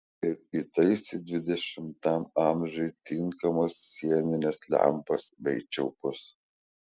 ir įtaisė dvidešimtam amžiui tinkamas sienines lempas bei čiaupus